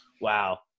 wow